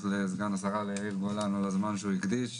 לסגן השרה יאיר גולן על הזמן שהוא הקדיש,